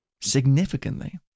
Significantly